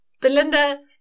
Belinda